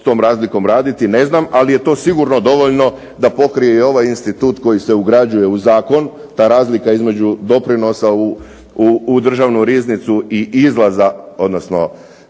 s tom razlikom raditi, ne znam ali je to sigurno dovoljno da pokrije i ovaj institut koji se ugrađuje u zakon, ta razlika između doprinosa u državnu riznicu i izlaza, odnosno